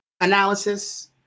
analysis